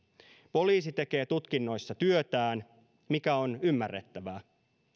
poliisi tekee tutkinnoissa työtään mikä on ymmärrettävää